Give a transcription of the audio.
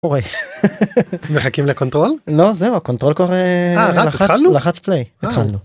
מה קורה? מחכים לקונטרול? לא, זהו הקונטרול כבר לחץ פליי. התחלנו? התחלנו.